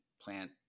plant